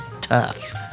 tough